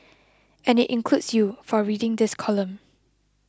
and it includes you for reading this column